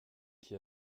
qui